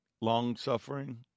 long-suffering